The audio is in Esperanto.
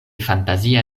fantazia